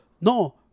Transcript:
No